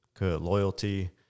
loyalty